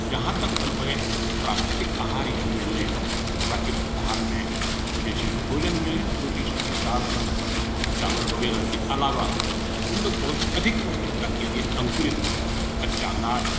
जहाँ तक बन पड़े प्राकृतिक आहार ही हमने लें प्राकृतिक आहार में जैसे भोजन में रोटी सब्ज़ी दाल सब चावल वगैरह के अलावा हम लोग पौष अधिक पौष्टिकता के लिए अंकुरित कच्चा अनाज